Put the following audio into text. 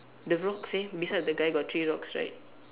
the rocks eh beside the guy got three rocks right